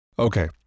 Okay